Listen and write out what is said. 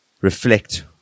reflect